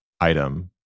item